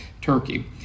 Turkey